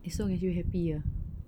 as long as you are happy ah